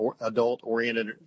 adult-oriented